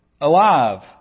alive